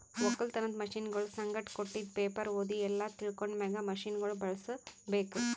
ಒಕ್ಕಲತನದ್ ಮಷೀನಗೊಳ್ ಸಂಗಟ್ ಕೊಟ್ಟಿದ್ ಪೇಪರ್ ಓದಿ ಎಲ್ಲಾ ತಿಳ್ಕೊಂಡ ಮ್ಯಾಗ್ ಮಷೀನಗೊಳ್ ಬಳುಸ್ ಬೇಕು